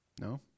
No